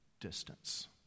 distance